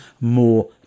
more